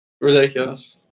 Ridiculous